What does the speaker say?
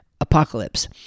apocalypse